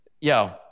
Yo